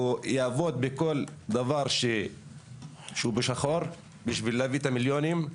הוא יעבוד בכל דבר שהוא בשחור בשביל להביא את המיליונים,